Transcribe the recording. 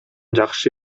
жакшы